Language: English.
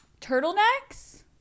turtlenecks